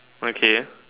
okay